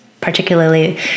particularly